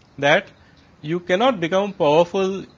that you cannot become powerful.